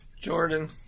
Jordan